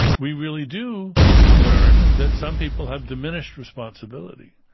we really do learn that some people have diminished responsibility.